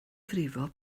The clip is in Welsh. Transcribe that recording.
frifo